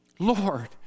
Lord